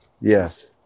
Yes